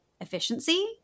efficiency